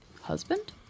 husband